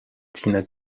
tina